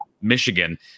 Michigan